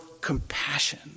compassion